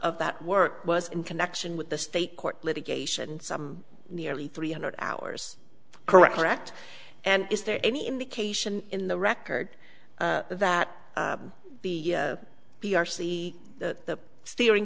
of that work was in connection with the state court litigation some nearly three hundred hours correct and is there any indication in the record that the b r c the steering